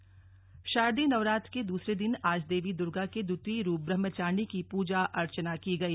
नवरात्र शारदीय नवरात्र के दूसरे दिन आज देवी दुर्गा के द्वितीय रूप ब्रह्मचारिणी की पूजा अर्चना की गई